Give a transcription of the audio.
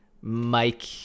Mike